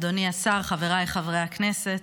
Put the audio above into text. אדוני השר, חבריי חברי הכנסת,